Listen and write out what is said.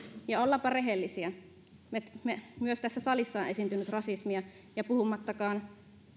ja ollaanpa rehellisiä myös tässä salissa on esiintynyt rasismia puhumattakaan